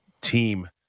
team